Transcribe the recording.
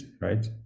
right